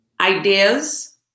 ideas